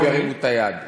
הם ירימו את היד.